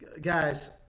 guys